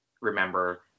remember